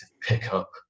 pickup